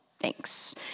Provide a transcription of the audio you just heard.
Thanks